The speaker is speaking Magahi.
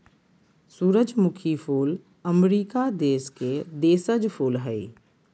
सूरजमुखी फूल अमरीका देश के देशज फूल हइ